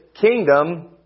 kingdom